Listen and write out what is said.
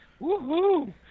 Woohoo